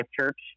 church